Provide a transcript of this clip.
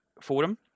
forum